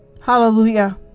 Hallelujah